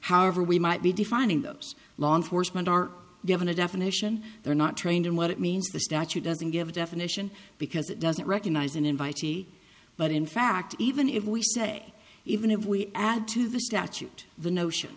however we might be defining those law enforcement are given a definition they're not trained in what it means the statute doesn't give a definition because it doesn't recognize an invitee but in fact even if we say even if we add to the statute the notion